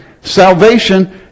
Salvation